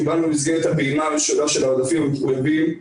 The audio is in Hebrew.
קיבלנו במסגרת הפעימה הראשונה של העודפים המחוייבים,